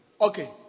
Okay